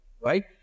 right